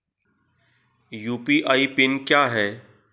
UPI PIN क्या है?